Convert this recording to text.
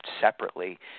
separately